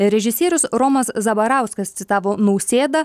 režisierius romas zabarauskas citavo nausėdą